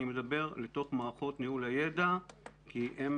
אני מדבר לתוך מערכות ניהול הידע כי הן